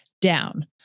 Down